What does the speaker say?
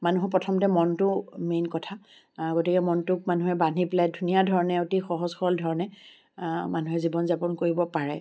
মানুহ প্ৰথমতে মনটো মেইন কথা গতিকে মনটোক মানুহে বান্ধি পেলাই ধুনীয়া ধৰণে অতি সহজ সৰল ধৰণে মানুহে জীৱন যাপন কৰিব পাৰে